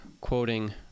quoting